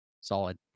Solid